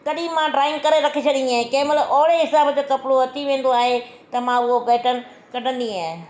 कॾहिं मां ड्राइंग करे रखी छॾींदी आहियां केमाल्हि ओहिड़े हिसाब सां बि कपिड़ो अची वेंदो आहे त मां उहो पेटर्न कढ़ंदी आहियां